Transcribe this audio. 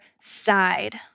side